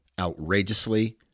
outrageously